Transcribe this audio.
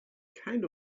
kind